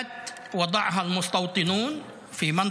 (אומר דברים בשפה הערבית, להלן